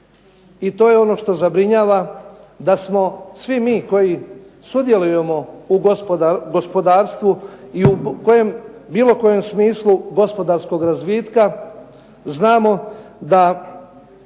i to je ono što zabrinjava, da smo svi mi koji sudjelujemo u gospodarstvu i u bilo kojem smislu gospodarskog razvitka, znamo da